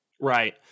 Right